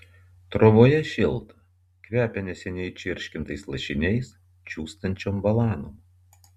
troboje šilta kvepia neseniai čirškintais lašiniais džiūstančiom balanom